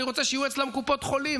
ואני רוצה שיהיו אצלם קופות חולים,